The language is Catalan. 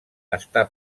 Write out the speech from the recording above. està